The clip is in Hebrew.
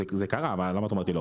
זה קרה, למה את אומרת לי לא?